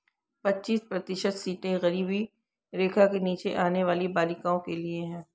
पच्चीस प्रतिशत सीटें गरीबी रेखा के नीचे आने वाली बालिकाओं के लिए है